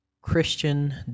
christian